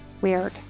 weird